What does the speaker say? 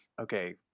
okay